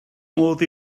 modd